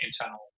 internal